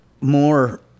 more